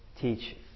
teach